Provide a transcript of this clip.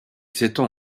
s’étend